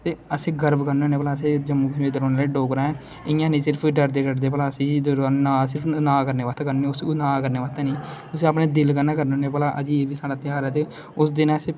आसे गर्व करने होने कि अस जम्मू कशमीर दे रौहने आहले डोगरे हा इयां नेई सिर्फ डरदे भला नां करने आस्तै करने होने नां करने आस्तै नेई अस अपने दिल कन्ने करने होने भला अज्ज ऐ बी साढ़े ऐ ते उस दिन